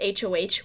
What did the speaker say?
HOH